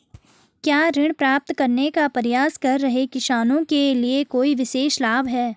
क्या ऋण प्राप्त करने का प्रयास कर रहे किसानों के लिए कोई विशेष लाभ हैं?